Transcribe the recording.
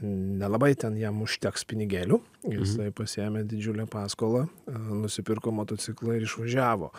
nelabai ten jam užteks pinigėlių ir jisai pasiėmė didžiulę paskolą nusipirko motociklą ir išvažiavo